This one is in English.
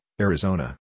Arizona